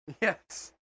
Yes